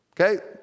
Okay